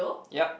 yep